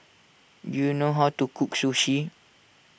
do you know how to cook Sushi